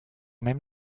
même